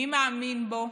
מי מאמין בו.